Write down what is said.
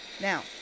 Now